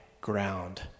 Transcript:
ground